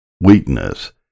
weakness